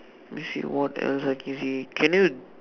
let me see what else I can see can you